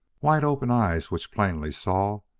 wide-open eyes which plainly saw,